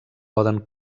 poden